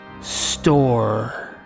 store